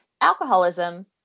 alcoholism